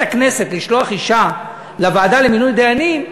הכנסת לשלוח אישה לוועדה למינוי דיינים,